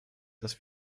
dass